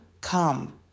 come